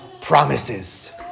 promises